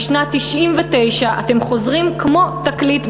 משנת 1999 אתם חוזרים כמו תקליט,